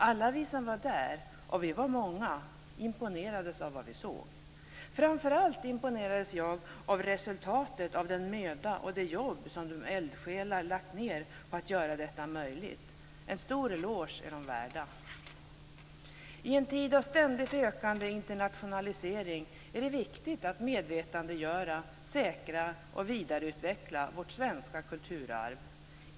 Alla vi som var där, och vi var många, imponerades av vad vi såg. Framför allt imponerades jag av resultatet av den möda och det jobb som eldsjälar lagt ned på att göra detta möjligt. De är värda en stor eloge. I en tid av ständigt ökande internationalisering är det viktigt att medvetandegöra, säkra och vidareutveckla vårt svenska kulturarv.